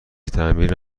تعمیر